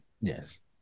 Yes